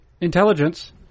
intelligence